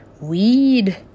weed